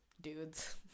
dudes